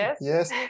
Yes